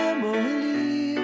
Emily